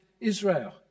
israel